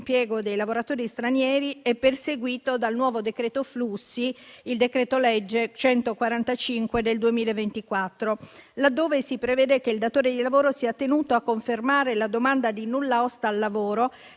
dei lavoratori stranieri è perseguito dal nuovo decreto flussi, il decreto-legge n. 145 del 2024, laddove si prevede che il datore di lavoro sia tenuto a confermare la domanda di nulla osta al lavoro